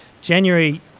January